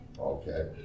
okay